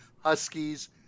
Huskies